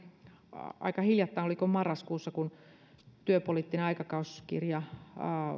aika hiljattain oliko marraskuussa työpoliittinen aikakauskirja